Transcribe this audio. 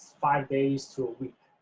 five days to a week.